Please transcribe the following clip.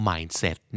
Mindset